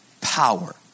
power